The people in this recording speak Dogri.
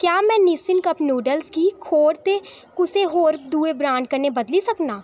क्या में मिशिन कप नूडल गी खोड़ दे कुसै होर दुए ब्रैंड कन्नै बदली सकनां